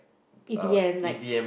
E_D_M like